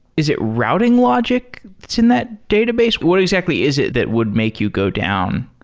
is it routing logic's that's in that database? what exactly is it that would make you go down?